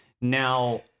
now